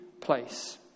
place